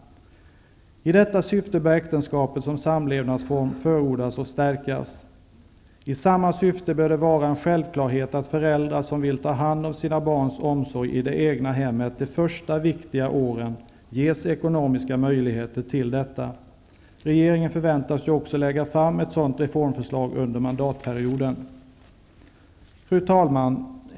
I detta syfte bör äktenskapet som samlevnadsform förordas och stärkas. I samma syfte bör det vara en självklarhet att föräldrar som vill ha hand om sina barns omsorg i det egna hemmet de första viktiga åren, ges ekonomiska möjligheter till detta. Regeringen förväntas lägga fram ett sådant reformförslag under mandatperioden. Fru talman!